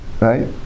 right